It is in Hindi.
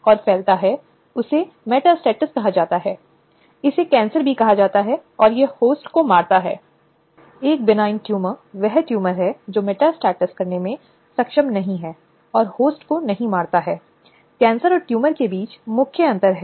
पिछले व्याख्यान में हमने महिलाओं के कार्यबल का हिस्सा बनने के बारे में अपनी चर्चा शुरू की और कैसे इन महिलाओं को कार्यस्थल के भीतर विभिन्न प्रकार के पक्षपाती और भेदभावपूर्ण प्रथाओं के अधीन किया जाता है